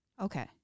Okay